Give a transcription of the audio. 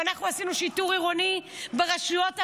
אנחנו עשינו שיטור עירוני ברשויות ערביות,